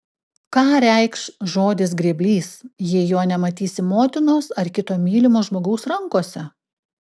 ką reikš žodis grėblys jei jo nematysi motinos ar kito mylimo žmogaus rankose